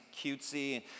cutesy